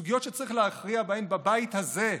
סוגיות שצריך להכריע בהן בבית הזה,